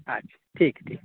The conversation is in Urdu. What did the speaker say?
اچھا ٹھیک ٹیک